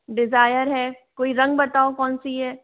desire है कोई रंग बताओ कौन सी है